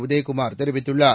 உதயகுமார் தெரிவித்துள்ளார்